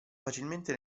facilmente